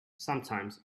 sometimes